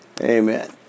Amen